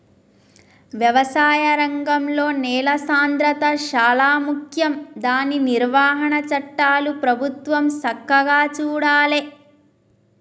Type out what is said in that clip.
వ్యవసాయ రంగంలో నేల సాంద్రత శాలా ముఖ్యం దాని నిర్వహణ చట్టాలు ప్రభుత్వం సక్కగా చూడాలే